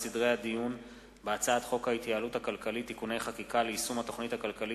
כשירות לכהונה כדירקטור),